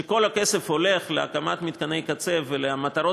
שכל הכסף הולך להקמת מתקני קצה ולמטרות